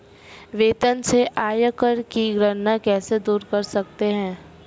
वेतन से आयकर की गणना कैसे दूर कर सकते है?